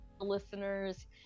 listeners